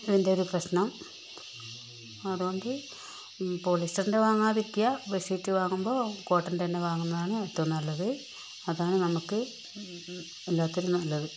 അതിൻ്റെയൊരു പ്രശ്നം അതുകൊണ്ട് പോളിസ്റ്ററിൻ്റെ വാങ്ങാതിരിക്കുക ബെഡ്ഷീറ്റ് വാങ്ങുമ്പോൾ കോട്ടൻ്റെ തന്നെ വാങ്ങുന്നതാണ് ഏറ്റവും നല്ലത് അതാണ് നമുക്ക് എല്ലാത്തിനും നല്ലത്